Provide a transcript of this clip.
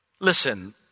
Listen